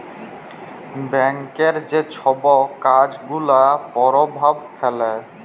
ব্যাংকের যে ছব কাজ গুলা পরভাব ফেলে